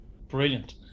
Brilliant